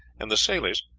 and the sailors,